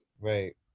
right